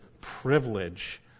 privilege